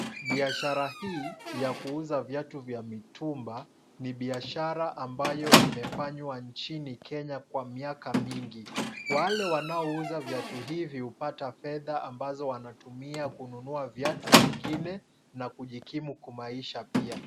Biashara hii ya kuuza viatu vya mitumba ni biashara ambayo imefanywa nchini Kenya kwa miaka mingi. Wale wanouza viatu hivi hupata fedha ambazo wanatumia kununua viatu vingine na kujikimu kimaisha pia.